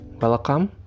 welcome